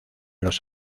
los